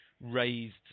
raised